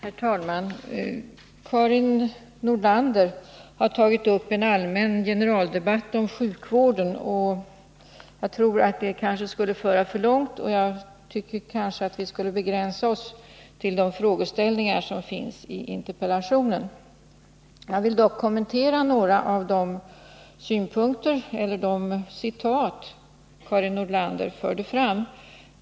Herr talman! Karin Nordlander har tagit upp en allmän generaldebatt om sjukvården. Jag tror att en sådan debatt leder för långt, och jag tycker att vi bör begränsa oss till de frågeställningar som finns i interpellationen. Jag vill dock kommentera några av de citat som Karin Nordlander förde fram.